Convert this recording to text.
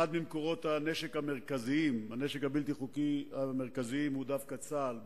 אחד ממקורות הנשק המרכזיים לנשק הבלתי-חוקי הוא דווקא צה"ל,